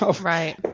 Right